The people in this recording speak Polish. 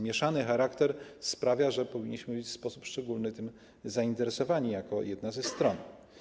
Mieszany charakter sprawia, że powinniśmy być w sposób szczególny tym zainteresowani jako jedna ze stron.